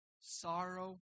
sorrow